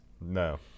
No